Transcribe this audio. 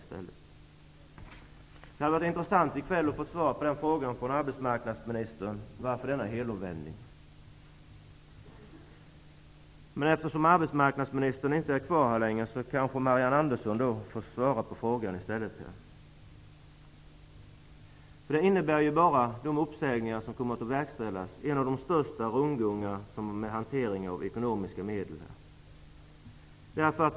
Det hade varit intressant att i kväll få veta av arbetsmarknadsministern varför denna helomvändning skedde. Men eftersom arbetsmarknadsministern inte är kvar här längre, kanske Marianne Andersson kan ge besked. De uppsägningar som kommer att verkställas innebär bara en av de största rundgångarna någonsin när det gäller hantering med ekonomiska medel.